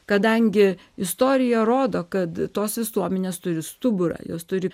kadangi istorija rodo kad tos visuomenės turi stuburą jos turi